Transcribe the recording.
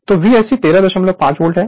तो VSC 135 volt होगा